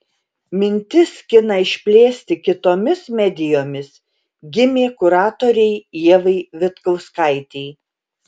mintis kiną išplėsti kitomis medijomis gimė kuratorei ievai vitkauskaitei